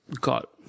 got